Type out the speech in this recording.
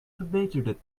verbeterde